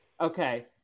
Okay